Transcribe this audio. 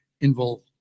involved